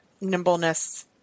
nimbleness –